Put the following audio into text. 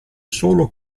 solo